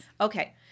okay